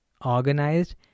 organized